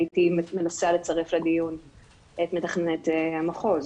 הייתי מנסה לצרף לדיון את מתכנת המחוז,